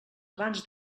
abans